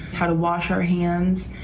how to wash our hands.